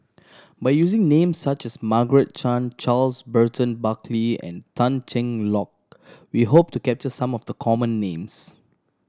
by using names such as Margaret Chan Charles Burton Buckley and Tan Cheng Lock we hope to capture some of the common names